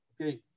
okay